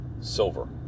silver